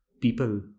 people